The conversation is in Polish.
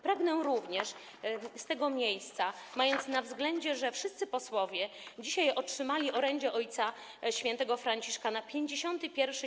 Pragnę również z tego miejsca, mając na względzie, że wszyscy posłowie dzisiaj otrzymali orędzie Ojca Świętego Franciszka na 52.